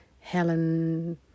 Helen